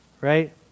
right